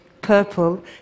purple